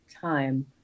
time